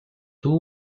two